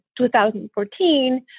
2014